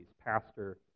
pastor